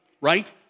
right